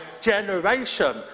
generation